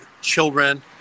children